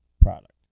product